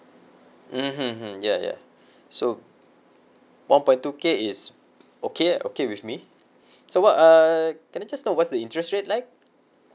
mmhmm hmm ya ya so one point two K is okay okay with me so what uh can I just know what's the interest rate like